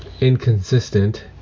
inconsistent